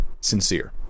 sincere